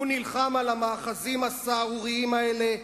הוא נלחם על המאחזים הסהרוריים האלה,